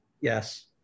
Yes